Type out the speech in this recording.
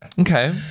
Okay